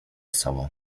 sobą